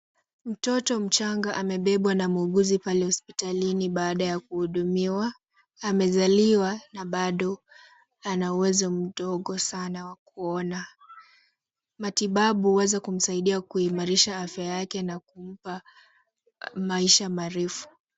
Mtoto mchanga amebebwa na muuguzi pale hospitalini baada ya kuhudumiwa. Amezaliwa na bado ana uwezo mdogo sana wa kuona. Matibabu huweza kumsaidia kuimarisha afya yake na kumpa maisha marefu.